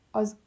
az